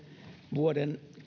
vuoden